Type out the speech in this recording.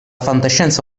fantascienza